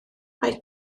mae